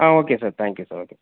ah okay sir thank you sir okay